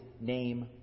name